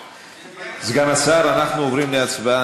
סגן השר, אנחנו עוברים להצבעה.